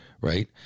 Right